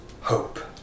hope